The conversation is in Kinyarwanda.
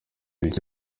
ibiki